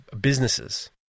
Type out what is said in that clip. businesses